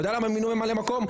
אתה יודע למה מינו ממלא מקום?